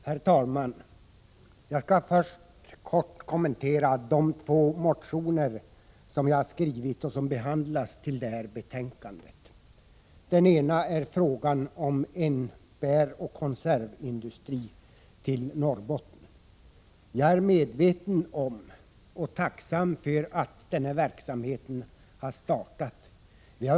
Herr talman! Jag skall först i korthet kommentera de två motioner som vi har skrivit och som behandlas i detta betänkande. Den ena motionen gäller en bäroch konservindustri i Norrbotten. Jag är tacksam för att verksamheten har startats.